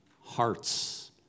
hearts